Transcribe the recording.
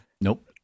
Nope